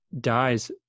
dies